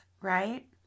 right